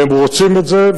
והם רוצים את זה,